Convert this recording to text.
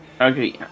Okay